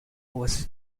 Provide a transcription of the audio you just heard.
was